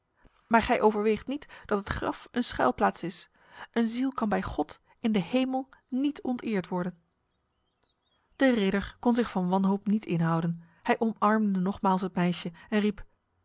maar gij overweegt niet dat het graf een schuilplaats is een ziel kan bij god in de hemel niet onteerd worden de ridder kon zich van wanhoop niet inhouden hij omarmde nogmaals het meisje en riep